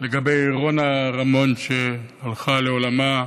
לגבי רונה רמון שהלכה לעולמה.